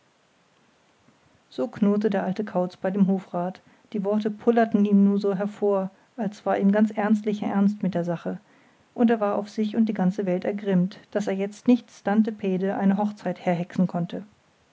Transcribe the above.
so knurrte der alte kauz bei dem hofrat die worte pullerten ihm nur so hervor es war ihm ganz ernstlicher ernst mit der sache und er war auf sich und die ganze welt ergrimmt daß er jetzt nicht stante pede eine hochzeit herhexen konnte